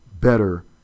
better